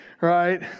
Right